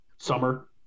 summer